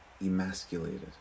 emasculated